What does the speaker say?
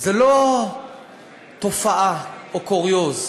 זה לא תופעה או קוריוז,